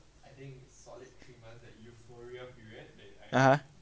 (uh huh)